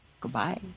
goodbye